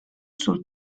sul